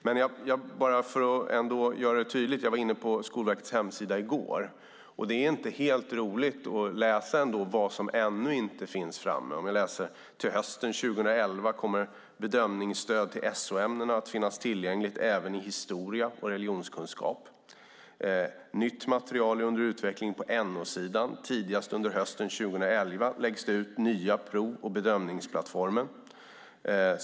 För att tydliggöra detta kan jag säga att jag var inne på Skolverkets hemsida i går, och det är inte särskilt roligt att läsa vad som ännu inte finns på plats. Det står att till hösten 2011 kommer bedömningsstöd till SO-ämnena att finnas tillgängligt, även i historia och religionskunskap, och nytt material är under utveckling på NO-sidan. Tidigast under hösten 2011 läggs det ut nya prov och bedömningsplattformen.